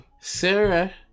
Sarah